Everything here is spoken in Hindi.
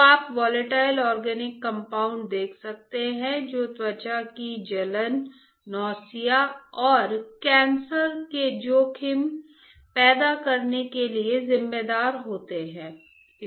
तो आप वोलेटाइल ऑर्गेनिक कंपाउंड देख सकते हैं जो त्वचा की जलन नौसिया और कैंसर के जोखिम पैदा करने के लिए जिम्मेदार होते हैं